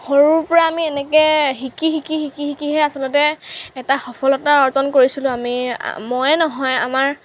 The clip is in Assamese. সৰুৰ পৰা আমি এনেকৈ শিকি শিকি শিকি শিকিহে আচলতে এটা সফলতা অৰ্জন কৰিছিলোঁ আমি মইয়ে নহয় আমাৰ